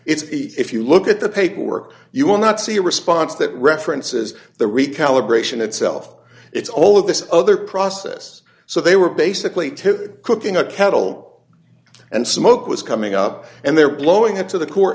him if you look at the paperwork you will not see a response that references the recalibration itself it's all of this other process so they were basically to cooking a kettle and smoke was coming up and they're blowing it to the court